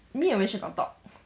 me and wenxuan got talk